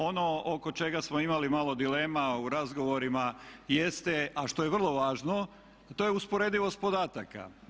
Ono oko čega smo imali malo dilema u razgovorima jeste a što je vrlo važno a to je usporedivost podataka.